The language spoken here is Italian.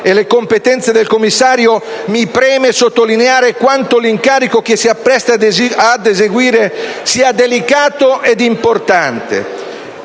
e le competenze del commissario, mi preme sottolineare quanto l'incarico che si appresta ad eseguire sia delicato e importante.